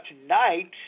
tonight